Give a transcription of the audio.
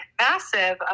massive